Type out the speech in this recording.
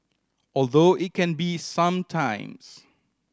although it can be some times